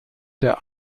der